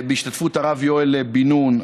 בהשתתפות הרב יואל בן-נון,